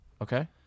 Okay